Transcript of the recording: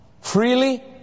freely